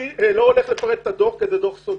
אני לא הולך לפרט את הדוח מכיוון שהוא סודי.